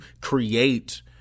create